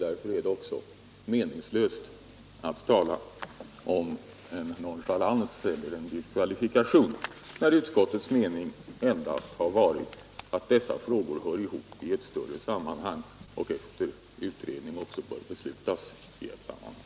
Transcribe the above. Därför är det också meningslöst att tala om nonchalans eller diskvalifikation, när utskottets mening endast har varit att dessa frågor skall ses i ett större sammanhang och, efter en utredning, bör beslutas i ett sammanhang.